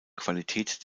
qualität